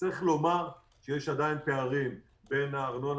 צריך לומר שיש עדיין פערים בין הארנונה